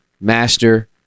master